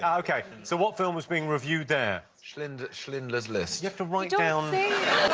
ok, so what film was being reviewed there? schlinder. schlindler's list. yeah write ah um